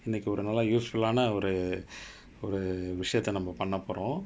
இன்னைக்கு ஒரு: innaikku oru useful லான ஒரு ஒரு விஷயத்தை நாம் பண்ண போறோம்: laanna oru oru vishayatthai naam panna porom